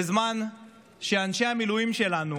בזמן שאנשי המילואים שלנו,